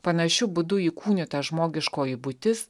panašiu būdu įkūnyta žmogiškoji būtis